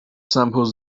samples